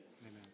Amen